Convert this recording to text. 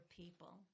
people